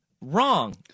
wrong